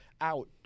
out